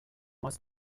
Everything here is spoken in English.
most